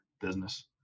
business